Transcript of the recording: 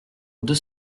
deux